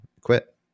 quit